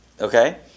Okay